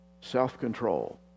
self-control